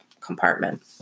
compartment